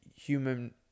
human